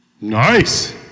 Nice